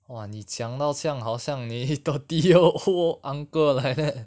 !wah! 你讲到这样好像你 thirty year old uncle like that